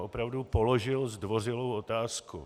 Opravdu jsem položil zdvořilou otázku.